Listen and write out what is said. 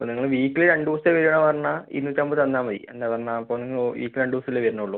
അപ്പോൾ നിങ്ങൾ വീക്കിലി രണ്ടു ദിവസത്തെ വരിക പറഞ്ഞാൽ ഇരുന്നൂറ്റമ്പത് തന്നാൾ മതി എന്താ പറഞ്ഞാൽ ഇപ്പം വീക്കിലി രണ്ടു ദിവസമല്ലേ വരുന്നുള്ളു